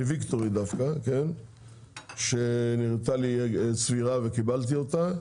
מוויקטורי דווקא, שנראתה לי סבירה וקיבלתי אותה.